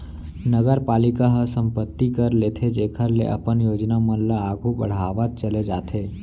नगरपालिका ह संपत्ति कर लेथे जेखर ले अपन योजना मन ल आघु बड़हावत चले जाथे